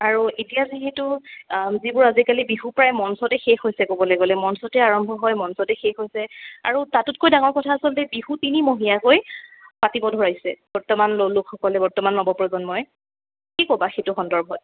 আৰু এতিয়া যিহেতু যিবোৰ আজিকালি বিহু প্ৰায় মঞ্চতে শেষ হৈছে ক'বলৈ গ'লে মঞ্চতে আৰম্ভ হয় মঞ্চতে শেষ হৈছে আৰু তাতোতকৈ ডাঙৰ কথা আচলতে বিহু তিনিমহীয়াকৈ পাতিব ধৰিছে বৰ্তমান লোকসকলে বৰ্তমান নৱ প্ৰজন্মই কি ক'বা সেইটোৰ সন্দৰ্ভত